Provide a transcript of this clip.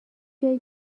جایی